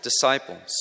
disciples